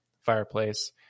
fireplace